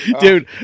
dude